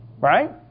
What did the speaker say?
right